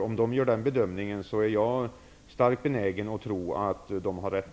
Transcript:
Om de gör den bedömningen, är jag starkt benägen att tro att de har rätt.